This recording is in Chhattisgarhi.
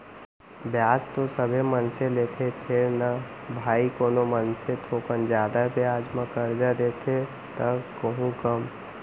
बियाज तो सबे मनसे लेथें फेर न भाई कोनो मनसे थोकन जादा बियाज म करजा देथे त कोहूँ कम